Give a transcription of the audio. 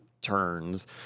turns